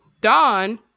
Dawn